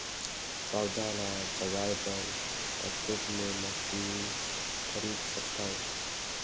पौधा ल जगाय बर कतेक मे मशीन खरीद सकथव?